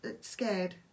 scared